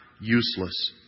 useless